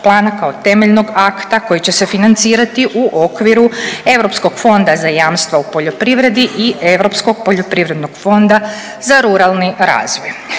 plana kao temeljnog akta koji će se financirati u okviru Europskog fonda za jamstva u poljoprivredi i Europskog poljoprivrednog fonda za ruralni razvoj.